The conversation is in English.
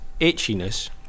itchiness